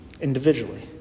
individually